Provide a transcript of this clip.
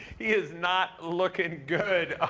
he is not looking good.